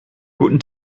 guten